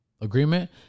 agreement